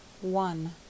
One